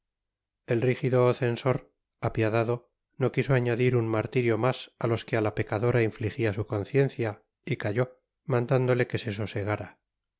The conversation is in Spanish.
el rígido censor apiadado no quiso añadir un martirio más a los que a la pecadora infligía su conciencia y calló mandándole que se